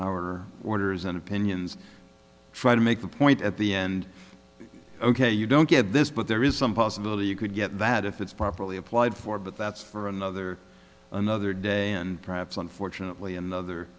orders and opinions try to make a point at the end ok you don't get this but there is some possibility you could get that if it's properly applied for but that's for another another day and perhaps unfortunately another